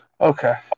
Okay